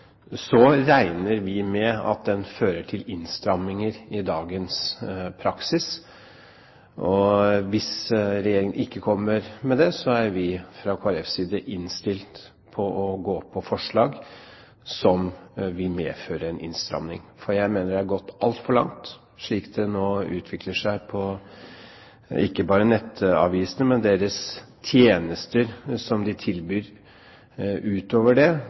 regner vi med at den fører til innstramminger i dagens praksis. Hvis Regjeringen ikke kommer med det, er vi fra Kristelig Folkepartis side innstilt på å gå på forslag som vil medføre en innstramming, for jeg mener det har gått altfor langt slik det nå utvikler seg på ikke bare nettavisene, men også ved deres tjenester som de tilbyr utover det,